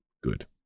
good